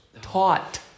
Taught